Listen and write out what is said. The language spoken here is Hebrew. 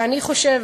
אבל אני חושבת,